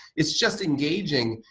it's just engaging.